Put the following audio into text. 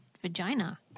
vagina